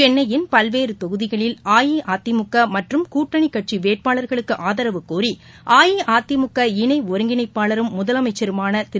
சென்னையின் பல்வேறுதொகுதிகளில் அஇஅதிமுகமற்றம் கூட்டணிக் கட்சிவேட்பாளர்களுக்குஆதரவு கோரி அஇஅதிமுக இணைஒருங்கிணைப்பாளரும் முதலமைச்சருமானதிரு